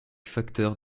facteurs